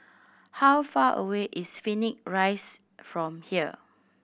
how far away is Phoenix Rise from here